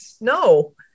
No